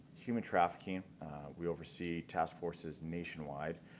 human trafficking we oversee task forces nationwide,